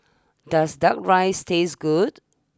does Duck Rice taste good